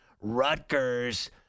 Rutgers